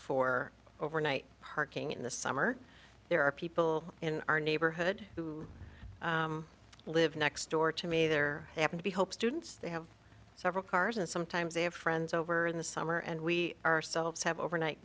for overnight parking in the summer there are people in our neighborhood who live next door to me there happen to be hope students they have several cars and sometimes they have friends over in the summer and we ourselves have overnight